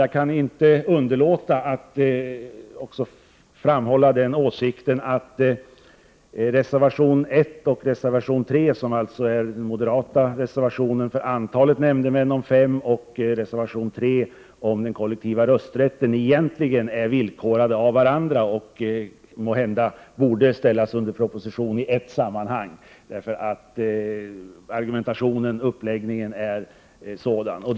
Jag kan inte underlåta att framhålla den åsikten att de moderata reservationerna 1, för ett antal på fem nämndemän, och 3, om den kollektiva rösträtten, egentligen är villkorade av varandra och måhända borde ställas under proposition i ett sammanhang, eftersom argumentationen och uppläggningen är sådan.